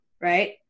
right